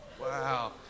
Wow